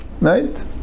right